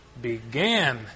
began